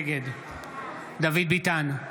נגד דוד ביטן,